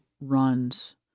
runs